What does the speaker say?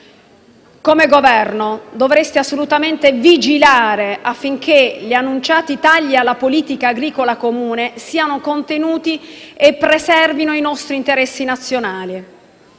Come Governo dovreste assolutamente vigilare affinché gli annunciati tagli alla politica agricola comune siano contenuti e preservino i nostri interessi nazionali.